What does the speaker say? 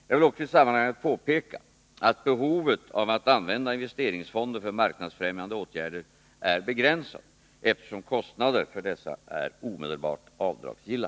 Jag vill också i sammanhanget påpeka att behovet av att använda investeringsfonder för marknadsfrämjande åtgärder är begränsat, eftersom kostnader för dessa är omedelbart avdragsgilla.